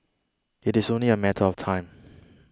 it is only a matter of time